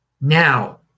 Now